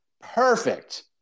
Perfect